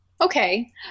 Okay